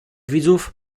widzów